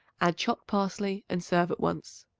add chopped parsley and serve at once.